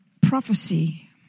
prophecy